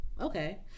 Okay